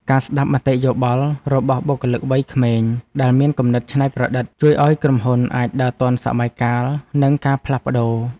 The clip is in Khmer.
ការស្ដាប់មតិយោបល់របស់បុគ្គលិកវ័យក្មេងដែលមានគំនិតច្នៃប្រឌិត ជួយឱ្យក្រុមហ៊ុនអាចដើរទាន់សម័យកាលនិងការផ្លាស់ប្តូរ។